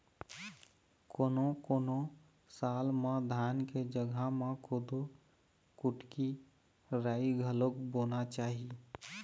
कोनों कोनों साल म धान के जघा म कोदो, कुटकी, राई घलोक बोना चाही